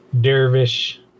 Dervish